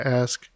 ask